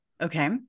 okay